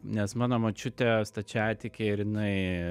nes mano močiutė stačiatikė ir jinai